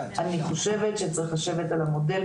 אני חושבת שצריך לשבת על המודל,